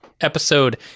episode